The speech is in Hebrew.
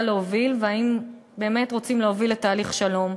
להוביל ואם באמת רוצים להוביל לתהליך שלום.